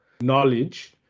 knowledge